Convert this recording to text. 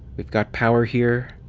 we've got power here.